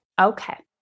Okay